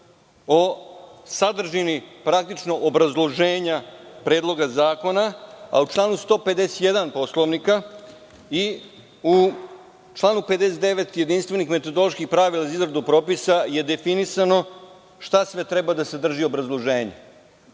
o sadržini, praktično, obrazloženja Predloga zakona, a u članu 151. Poslovnika i u članu 59. Jedinstvenih metodoloških pravila za izradu propisa je definisano šta sve treba da sadrži obrazloženje